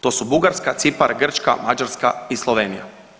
To su Bugarska, Cipar, Grčka, Mađarska i Slovenija.